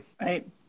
right